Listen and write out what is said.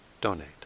donate